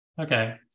Okay